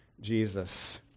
Jesus